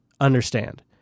understand